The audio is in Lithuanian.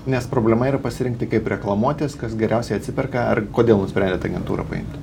nes problema yra pasirinkti kaip reklamuotis kas geriausiai atsiperka ar kodėl nusprendėt agentūrą paimt